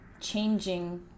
changing